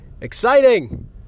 Exciting